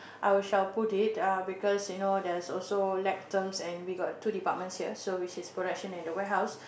I will shall put it ah because you know there's also lack terms and we got two departments here so which is production and the warehouse